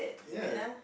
ya